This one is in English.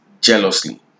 jealously